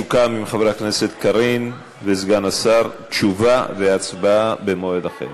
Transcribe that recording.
סוכם בין חברת הכנסת קארין וסגן השר: תשובה והצבעה במועד אחר.